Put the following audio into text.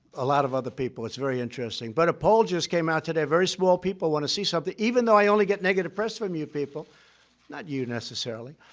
a lot of other people. it's very interesting. but a poll just came out today a very small people want to see something even though i only get negative press from you people not you, necessarily.